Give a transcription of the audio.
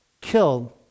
killed